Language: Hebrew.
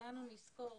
שכולנו נזכור